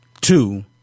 two